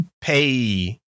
Pay